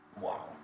Wow